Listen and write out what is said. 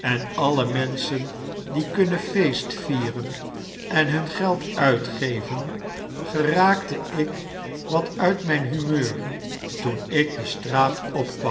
en alle manschen die kunnen feestvieren en hun geld uitgeven genaalcte ik wat uit mijn humeur toen ik de straat op